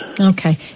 okay